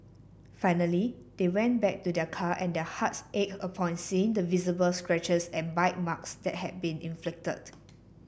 finally they went back to their car and their hearts ached upon seeing the visible scratches and bite marks that had been inflicted